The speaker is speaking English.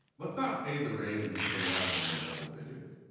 let's not fade the ravens until they're having to lay double digits.